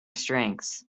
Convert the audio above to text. strengths